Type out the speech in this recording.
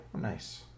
Nice